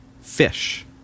fish